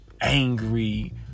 Angry